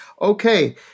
Okay